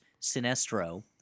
sinestro